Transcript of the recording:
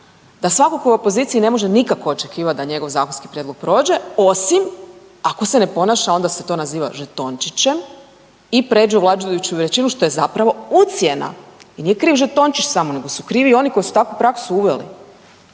da svako ko je u opoziciji ne može nikako očekivat da njegov zakonski prijedlog prođe osim ako se ne ponaša onda se to naziva žetončićem i pređe u vladajuću većinu što je zapravo ucjena i nije kriv žetončić samo nego su krivi i oni koji su takvu praksu uveli.